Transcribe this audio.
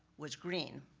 was green.